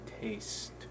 taste